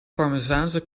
parmezaanse